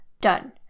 Done